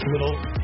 little